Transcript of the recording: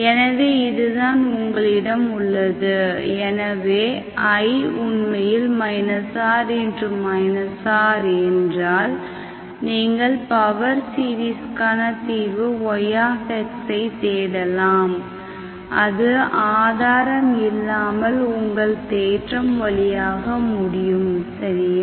எனவே இதுதான் உங்களிடம் உள்ளது எனவே I உண்மையில் r rஎன்றால் நீங்கள் பவர் சீரிஸ் க்கான தீர்வு y ஐ தேடலாம் அது ஆதாரம் இல்லாமல் உங்கள் தேற்றம் வழியாக முடியும் சரியா